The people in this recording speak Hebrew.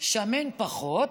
שמן פחות,